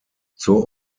zur